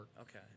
Okay